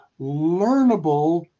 learnable